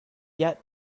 yet